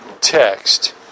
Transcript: text